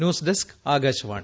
news desk Akashvani